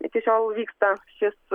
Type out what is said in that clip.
iki šiol vyksta šis